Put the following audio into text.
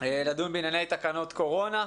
לדון בענייני תקנות קורונה.